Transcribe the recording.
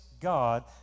God